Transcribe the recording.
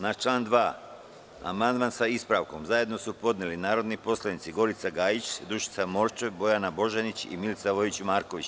Na član 2. amandman, sa ispravkom, zajedno su podneli narodni poslanici: Gorica Gajić, Dušica Morčev, Bojana Božanić, Milica Vojić Marković.